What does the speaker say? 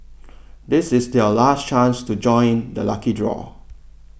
this is your last chance to join the lucky draw